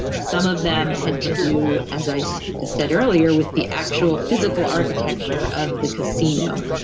some of them had to do, as i so said earlier, with the actual physical architecture of the casino.